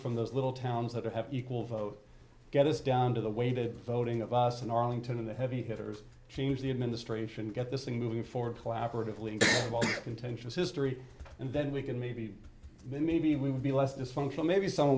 from those little towns that have equal vote get us down to the weighted voting of us in arlington the heavy hitters change the administration get this thing moving forward placarded contentious history and then we can maybe then maybe we would be less dysfunctional maybe someone